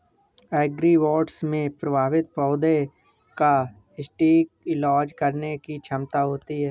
agribots में प्रभावित पौधे का सटीक इलाज करने की क्षमता होती है